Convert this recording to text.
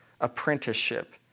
apprenticeship